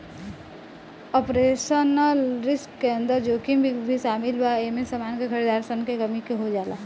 operational risk के अंदर जोखिम भी शामिल बा एमे समान के खरीदार सन के कमी हो जाला